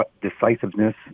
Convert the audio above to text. decisiveness